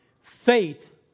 faith